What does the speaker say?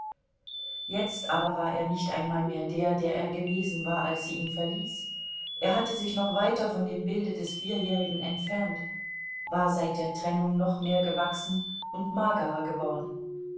jetzt aber war er nicht einmal mehr der der er gewesen war als sie ihn verließ er hatte sich noch weiter von dem bilde des vierjährigen entfernt war seit der trennung noch mehr gewachsen und magerer geworden